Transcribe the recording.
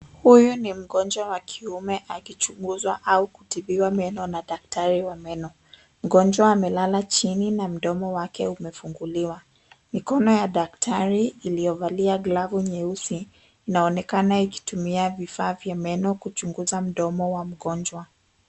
Huyu ni mgonjwa wa kiume akichunguzwa au kutibiwa meno na daktari wa meno. Mgonjwa amelala chini na mdomo wake umefunguliwa. Mikono ya daktari iliyovalia glavu nyeusi inaonekana ikitumia vifaa vya meno kuchunguza mdomo wa mgonjwa.